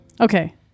Okay